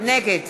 נגד